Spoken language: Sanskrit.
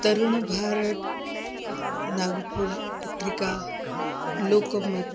तरुणभारत् नागपूर् पत्रिका लोकमत्